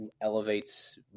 Elevates